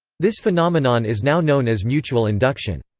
this phenomenon is now known as mutual induction.